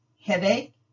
headache